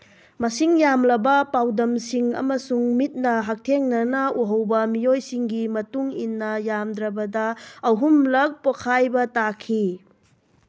ꯃꯁꯤꯡ ꯌꯥꯝꯂꯕ ꯄꯥꯎꯗꯝꯁꯤꯡ ꯑꯃꯁꯨꯡ ꯃꯤꯠꯅ ꯍꯛꯊꯦꯡꯅꯅ ꯎꯍꯧꯕ ꯃꯤꯑꯣꯏꯁꯤꯡꯒꯤ ꯃꯇꯨꯡ ꯏꯟꯅ ꯌꯥꯝꯗ꯭ꯔꯕꯗ ꯑꯍꯨꯝꯂꯛ ꯄꯣꯛꯈꯥꯏꯕ ꯇꯥꯈꯤ